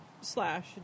slash